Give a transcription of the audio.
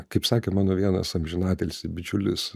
kaip sakė mano vienas amžinatilsį bičiulis